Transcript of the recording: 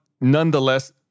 nonetheless